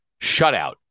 shutout